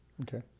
Okay